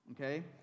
okay